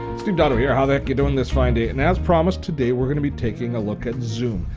steve dotto here, how the heck you doin' this fine day? and as promised today we're gonna be taking a look at zoom.